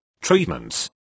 treatments